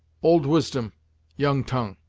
old wisdom young tongue.